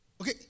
Okay